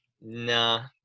nah